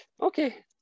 okay